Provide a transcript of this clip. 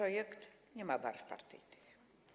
On nie ma barw partyjnych.